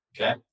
Okay